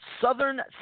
Southern